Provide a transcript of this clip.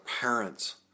parents